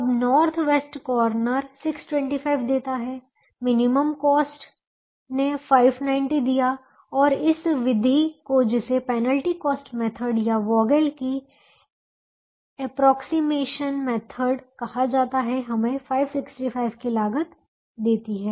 अब north west corner 625 देता है मिनिमम कॉस्ट ने 590 दिया और इस विधि को जिसे पेनल्टी कॉस्ट मेथड या वोगेल की approximation method Vogels' approximation method मतलब वोगेल की अनुमानित विधि कहा जाता है हमें 565 की लागत देती है